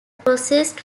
processed